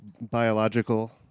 biological